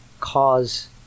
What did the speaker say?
cause